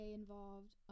involved